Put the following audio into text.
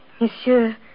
Monsieur